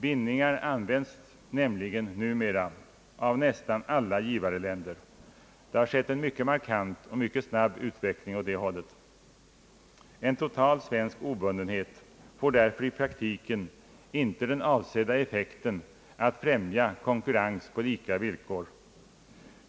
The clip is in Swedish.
Bindningar används nämligen numera av nästan alla givareländer — det har skett en mycket markant och snabb utveckling åt det hållet. En total svensk obundenhet får därför i praktiken inte den avsedda effekten att främja konkurrens på lika villkor.